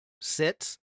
sits